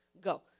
go